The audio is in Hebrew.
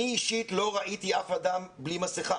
אני אישית לא ראיתי אף אדם בלי מסכה.